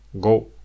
go